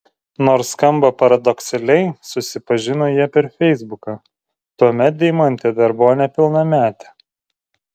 nors skamba paradoksaliai susipažino jie per feisbuką tuomet deimantė dar buvo nepilnametė